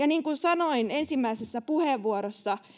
niin kuin sanoin ensimmäisessä puheenvuorossani